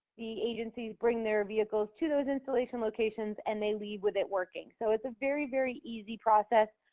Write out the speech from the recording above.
the agencies bring their vehicles to those installation locations, and they leave with it working. so it's a very, very easy process.